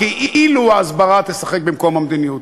כאילו ההסברה תשחק במקום המדיניות.